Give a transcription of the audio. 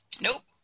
Nope